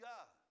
God